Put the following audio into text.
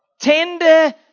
Tender